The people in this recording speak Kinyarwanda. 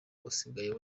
usigaye